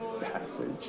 passage